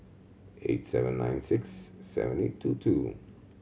eight seven nine six seven eight two two